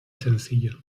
sencillo